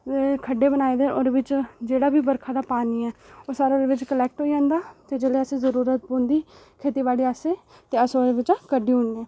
खड्ढे बनाए दे ओह्दे बिच जेह्ड़ा बी बरखा दा पानाी ऐ ओह् सारा ओह्दे च कलैक्ट होई जंदा ते जिसलै असें ई जरूरत पौंदी खेती बाड़ा आस्तै ते अस ओह्जे बिच्चा कड्ढी ओड़ने